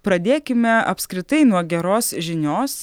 pradėkime apskritai nuo geros žinios